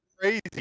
Crazy